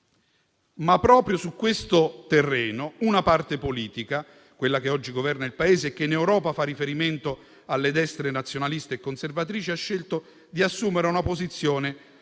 Proprio su questo terreno una parte politica, quella che oggi governa il Paese e che in Europa fa riferimento alle destre nazionaliste e conservatrici, ha scelto di assumere una posizione